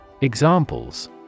Examples